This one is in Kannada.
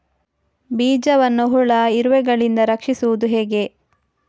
ಬೀಜವನ್ನು ಹುಳ, ಇರುವೆಗಳಿಂದ ರಕ್ಷಿಸುವುದು ಹೇಗೆ?